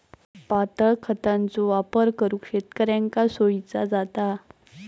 पातळ खतांचो वापर करुक शेतकऱ्यांका सोयीचा जाता